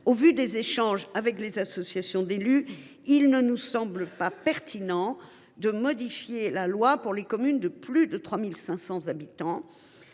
Au vu des échanges avec les associations d’élus, il ne semble pas pertinent de modifier la loi pour les communes de plus de 3 500 habitants,